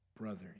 Brother